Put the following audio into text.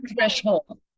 threshold